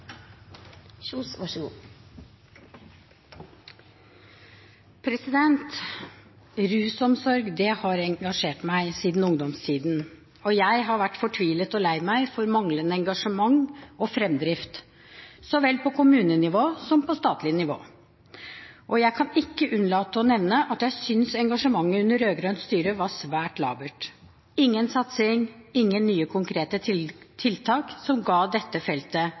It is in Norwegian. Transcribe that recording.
jeg har vært fortvilet og lei meg for manglende engasjement og framdrift, så vel på kommunenivå som på statlig nivå. Og jeg kan ikke unnlate å nevne at jeg synes engasjementet under rød-grønt styre var svært labert – ingen satsing, ingen nye konkrete tiltak som ga dette feltet